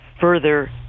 further